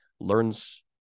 learns